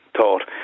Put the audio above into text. thought